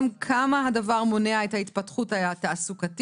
כמה הדבר הזה מונע את ההתפתחות התעסוקתית